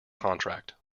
contract